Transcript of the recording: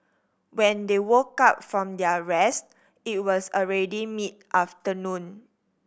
when they woke up from their rest it was already mid afternoon